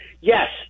Yes